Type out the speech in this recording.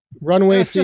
Runway